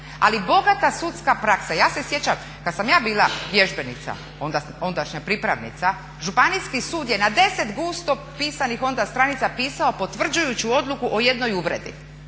Ali bogata sudska praksa, ja se sjećam kad sam ja bila vježbenica ondašnja pripravnica Županijski sud je na 10 gusto pisanih onda stranica pisao potvrđujuću odluku o jednoj uvredi